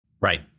Right